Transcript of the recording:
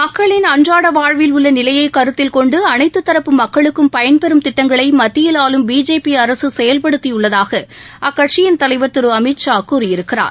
மக்களின் அன்றாட வாழ்வில் உள்ள நிலையை கருத்தில்கொண்டு அனைத்து தரப்பு மக்களுக்கும் பயன்பெறும் திட்டங்களை அரசு செயல்படுத்தியுள்ளதாக அக்கட்சியின் தலைவர் திரு அமீத்ஷா கூறியிருக்கிறார்